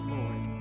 Lord